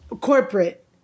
corporate